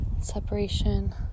separation